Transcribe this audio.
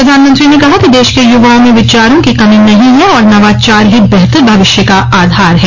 प्रधानमंत्री ने कहा कि देश के यूवाओं में विचारों की कमी नहीं है और नवाचार ही बेहतर भविष्य का आधार है